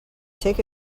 take